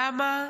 למה,